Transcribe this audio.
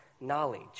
knowledge